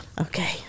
Okay